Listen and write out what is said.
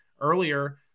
earlier